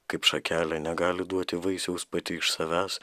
kaip šakelė negali duoti vaisiaus pati iš savęs